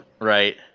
Right